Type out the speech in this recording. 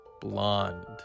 blonde